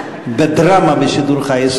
דרמה בשידור חי.